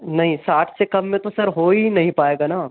नहीं साठ से कम में तो सर हो ही नही पाएगा न